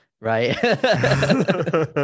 right